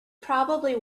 probably